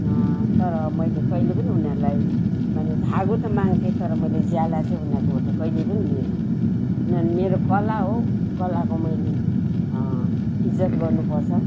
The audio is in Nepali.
तर मैले कहिले पनि उनीहरूलाई माने धागो त माँग्थे तर मैले ज्याला चाहिँ उनीहरूकोबाट कहिले पनि लिइनँ किनभने मेरो कला हो कलाको मैले इज्जत गर्नु पर्छ